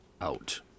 out